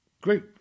Great